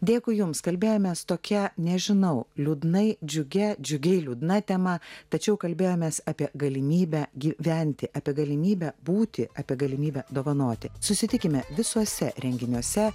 dėkui jums kalbėjomės tokia nežinau liūdnai džiugia džiugiai liūdna tema tačiau kalbėjomės apie galimybę gyventi apie galimybę būti apie galimybę dovanoti susitikime visuose renginiuose